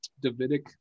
Davidic